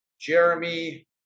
Jeremy